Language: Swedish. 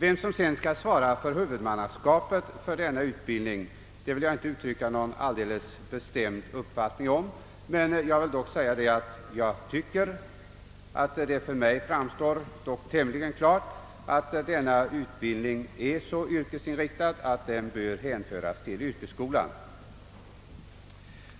Vem som sedan skall svara för huvudmannaskapet för utbildning i hemkunskap vill jag inte uttrycka någon bestämd mening om men vill dock säga att det för mig står tämligen klart, att denna utbildning är så yrkesinriktad att den bör hänföras till yrkesskolan.